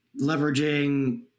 leveraging